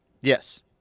Yes